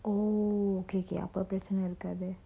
oh okay okay அப்ப பிரச்சன இருக்காது:appa pirachana irukkathu